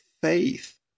faith